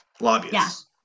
lobbyists